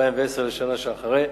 2010 לשנה שאחרי,